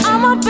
I'ma